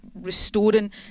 restoring